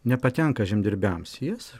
nepatenka žemdirbiams jie